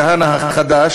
כהנא החדש,